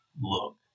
look